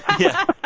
yeah.